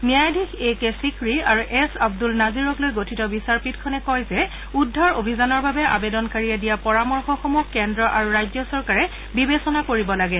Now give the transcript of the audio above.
ন্যায়াধীশ A K Sikri আৰু S Abdul নাজিৰক লৈ গঠিত বিচাৰপীঠখনে কয় যে উদ্ধাৰ অভিযানৰ বাবে আবেদনকাৰীয়ে দিয়া পৰামৰ্শসমূহ কেন্দ্ৰ আৰু ৰাজ্য চৰকাৰে বিবেচনা কৰিব লাগে